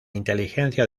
inteligencia